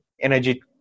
energy